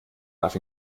darf